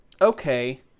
okay